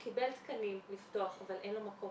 הוא קיבל תקנים לפתוח אבל אין לו מקום